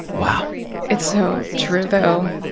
wow it's so true, though.